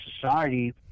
society